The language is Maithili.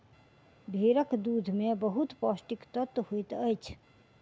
भेड़क दूध में बहुत पौष्टिक तत्व होइत अछि